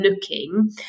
looking